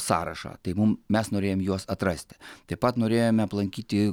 sąrašą tai mum mes norėjom juos atrasti taip pat norėjome aplankyti